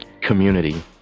Community